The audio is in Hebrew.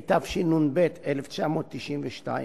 התשנ"ב 1992,